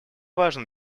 важно